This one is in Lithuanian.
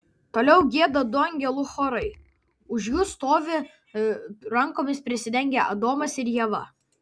toliau gieda du angelų chorai už jų stovi rankomis prisidengę adomas ir ieva